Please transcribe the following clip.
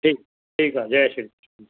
ठीकु ठीकु आहे जय श्री